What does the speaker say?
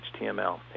HTML